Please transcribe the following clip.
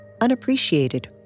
unappreciated